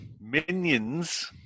Minions